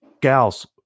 gals